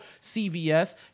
CVS